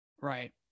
right